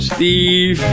Steve